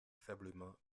faiblement